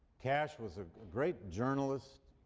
cash was a great journalist,